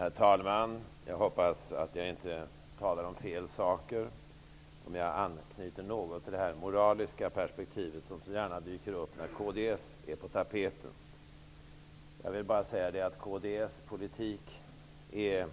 Herr talman! Jag hoppas att jag inte talar om fel saker om jag något anknyter till det moraliska perspektiv som så gärna dyker upp när kds är på tapeten. Kds politik är